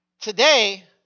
Today